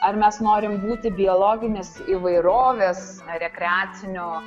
ar mes norim būti biologinės įvairovės rekreacinio